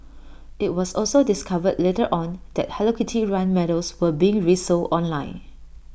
IT was also discovered later on that hello kitty run medals were being resold online